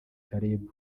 caleb